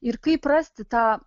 ir kaip rasti tą